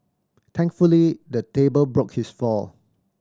thankfully the table broke his fall